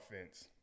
offense